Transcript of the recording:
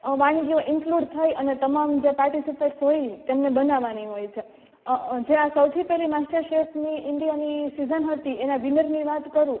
વાનગીઓ ઈન્ક્લુડ અને તમામ જે પાર્ટીસિપેટસ હોય તેમને બનાવવાની હોય છે જે આ સૌથી પહેલી માસ્ટર શેફની ઈન્ડિયાની સિઝન હતી એના વિનરની વાત કરું